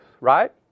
Right